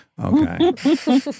Okay